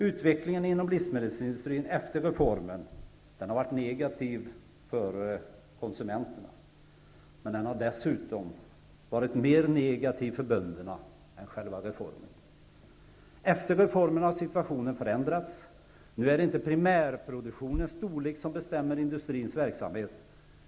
Utvecklingen inom livsmedelsindustrin efter reformen har varit negativ för konsumenterna. Men den har varit mer negativ för bönderna än själva reformen. Efter reformen har situationen förändrats. Nu är det inte primärproduktionens storlek som bestämmer industrins verksamhet.